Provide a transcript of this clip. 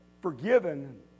forgiven